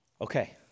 okay